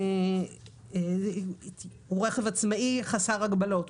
כלומר רכב עצמאי חסר הגבלות.